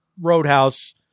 roadhouse